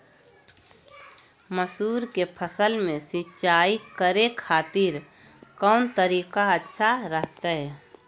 मसूर के फसल में सिंचाई करे खातिर कौन तरीका अच्छा रहतय?